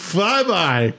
Flyby